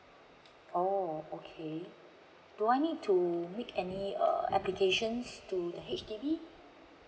oh okay do I need to make any uh applications to the H_D_B